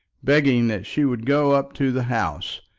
begging that she would go up to the house,